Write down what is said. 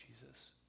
Jesus